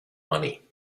money